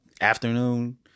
afternoon